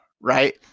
right